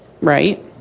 right